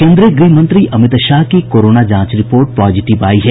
केन्द्रीय गृहमंत्री अमित शाह की कोरोना जांच रिपोर्ट पॉजिटिव आई है